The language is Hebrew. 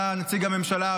אתה נציג הממשלה,